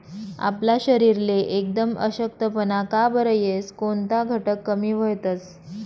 आपला शरीरले एकदम अशक्तपणा का बरं येस? कोनता घटक कमी व्हतंस?